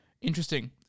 Interesting